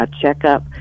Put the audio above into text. checkup